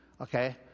okay